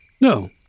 No